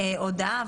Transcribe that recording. הודעה,